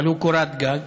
אבל הוא קורת גג,